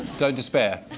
don't despair.